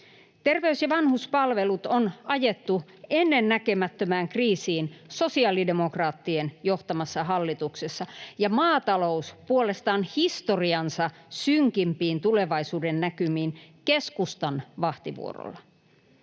Terveys- ja vanhuspalvelut on ajettu ennennäkemättömään kriisiin sosiaalidemokraattien johtamassa hallituksessa ja maatalous puolestaan historiansa synkimpiin tulevaisuudennäkymiin keskustan vahtivuorolla.